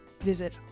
visit